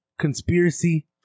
conspiracy